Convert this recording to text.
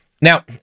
Now